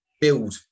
build